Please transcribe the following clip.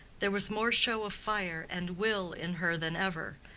there was more show of fire and will in her than ever,